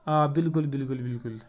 آ بِلکُل بِلکُل بِلکُل